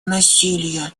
насилия